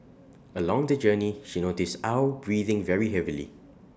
along the journey she noticed aw breathing very heavily